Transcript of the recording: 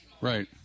right